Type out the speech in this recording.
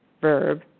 verb